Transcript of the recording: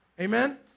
Amen